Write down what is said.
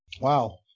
Wow